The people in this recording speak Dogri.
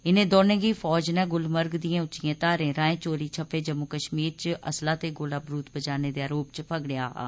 इने दौनें गी फौज नै गुलमर्ग दिए उच्चिए धारे राएं चोरी छप्पे जम्मू कश्मीर च असलाह ते गोलाबारुद पुजाने दे आरोप च फगड़ेआ हा